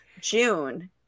June